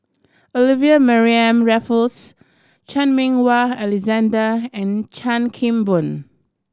Olivia Mariamne Raffles Chan Meng Wah Alexander and Chan Kim Boon